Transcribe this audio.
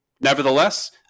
Nevertheless